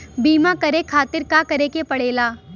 बीमा करे खातिर का करे के पड़ेला?